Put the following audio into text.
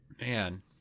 man